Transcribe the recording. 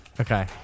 Okay